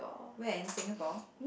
where in Singapore